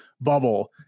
bubble